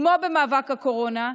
כמו במאבק בקורונה,